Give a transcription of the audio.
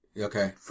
Okay